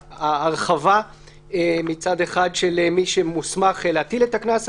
ההרחבה מצד אחד של מי שמוסמך להטיל את הקנס,